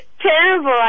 Terrible